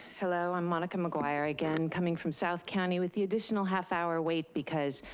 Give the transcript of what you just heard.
hello, i'm monica mcguire, again coming from south county with the additional half hour wait because,